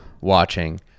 watching